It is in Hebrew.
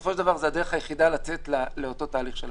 ובסופו של דבר זו הדרך היחידה לצאת לאותו תהליך הבראה.